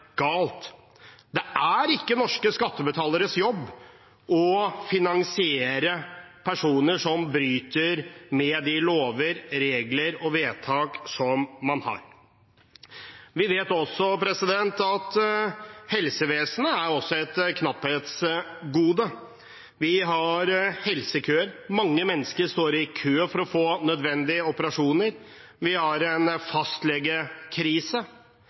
Det er ikke norske skattebetaleres jobb å finansiere personer som bryter de lover, regler og vedtak man har. Vi vet også at helsevesenet er et knapphetsgode. Vi har helsekøer – mange mennesker står i kø for å få nødvendige operasjoner. Vi har også en